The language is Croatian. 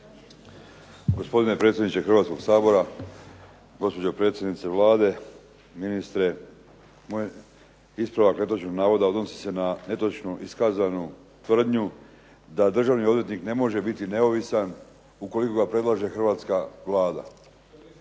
Gospodine predsjedniče Hrvatskoga sabora, gospođo predsjednice Vlade, ministre. Moj ispravak netočnog navoda odnosi se na netočno iskazanu tvrdnju da državni odvjetnik ne može biti neovisan ukoliko ga predlaže hrvatska Vlada.